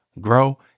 grow